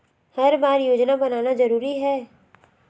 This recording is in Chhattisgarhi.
हर बार योजना बनाना जरूरी है?